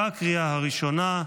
בקריאה הראשונה,